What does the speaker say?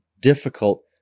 difficult